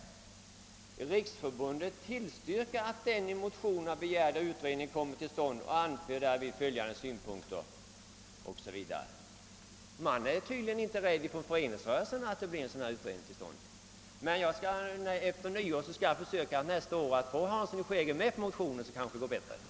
»Riksförbundet tillstyrker att den i motionerna begärda utredningen kommer till stånd och anför därvid följande synpunkter.« Inom jordbrukarnas föreningsrörelse är man tydligen inte rädd för att en statlig utredning skall komma till stånd. Efter nyår skall jag försöka att få herr Hansson i Skegrie med på en ny motion i frågan. Då kanske det hela går bättre.